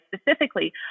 specifically